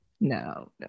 no